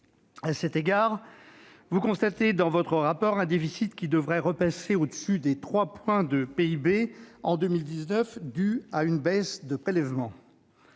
À cet égard, vous constatez dans votre rapport un déficit qui devrait repasser au-dessus des 3 points de PIB en 2019 du fait d'une baisse des prélèvements.